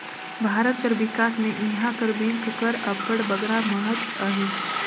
भारत कर बिकास में इहां कर बेंक कर अब्बड़ बगरा महत अहे